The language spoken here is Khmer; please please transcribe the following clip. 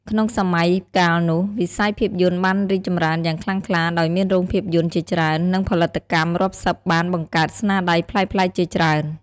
ក្នុងសម័យកាលនោះ វិស័យភាពយន្តបានរីកចម្រើនយ៉ាងខ្លាំងក្លា ដោយមានរោងភាពយន្តជាច្រើន និងផលិតកម្មរាប់សិបបានបង្កើតស្នាដៃប្លែកៗជាច្រើន។